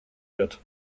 wird